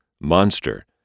Monster